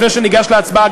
לפני שניגש להצבעה,